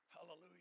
Hallelujah